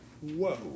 whoa